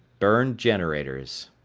burned generators.